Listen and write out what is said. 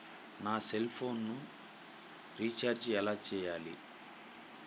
నా సెల్ఫోన్కు రీచార్జ్ ఎలా చేయాలి?